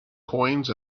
coins